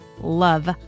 love